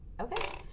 Okay